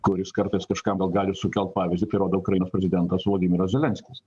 kuris kartais kažkam gal gali sukelt pavyzdį tai rodo ukrainos prezidentas vlodimiras zelenskis